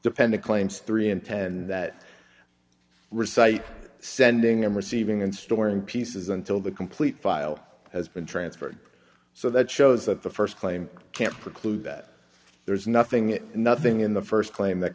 depending claims three and ten that recite sending and receiving and storing pieces until the complete file has been transferred so that shows that the first claim can't preclude that there is nothing nothing in the first claim that